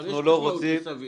יש משמעות ל"סביר".